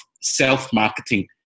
self-marketing